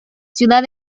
ciudad